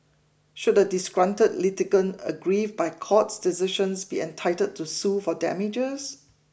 should a disgruntled litigant aggrieved by courts decisions be entitled to sue for damages